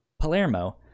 Palermo